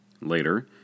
Later